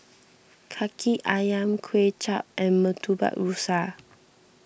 Kaki Ayam Kuay Chap and Murtabak Rusa